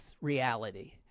reality